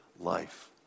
Life